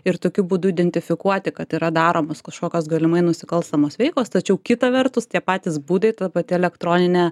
ir tokiu būdu identifikuoti kad yra daromos kažkokios galimai nusikalstamos veikos tačiau kita vertus tie patys būdai ta pati elektroninė